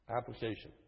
Application